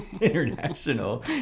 international